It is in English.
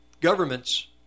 governments